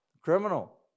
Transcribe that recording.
criminal